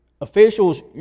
officials